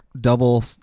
double